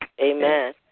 Amen